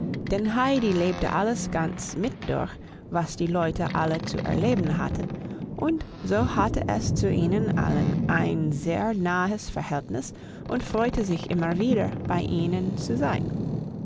denn heidi lebte alles ganz mit durch was die leute alle zu erleben hatten und so hatte es zu ihnen allen ein sehr nahes verhältnis und freute sich immer wieder bei ihnen zu sein